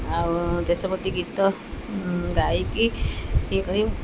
ଆଉ ଦେଶଭକ୍ତି ଗୀତ ଗାଇକି ଇଏ କରିକି